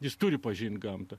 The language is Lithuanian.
jis turi pažinti gamtą